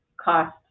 cost